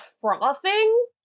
frothing